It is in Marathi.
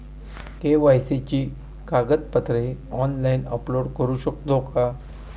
के.वाय.सी ची कागदपत्रे ऑनलाइन अपलोड करू शकतो का?